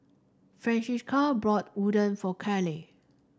Francisca brought Udon for Kalie